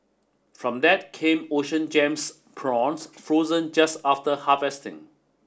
from that came Ocean Gems prawns frozen just after harvesting